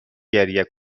گریه